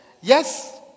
Yes